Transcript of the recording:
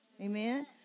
Amen